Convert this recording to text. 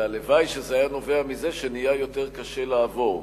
הלוואי שזה היה נובע מכך שנהיה יותר קשה לעבור.